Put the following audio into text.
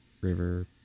River